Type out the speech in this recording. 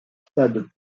stade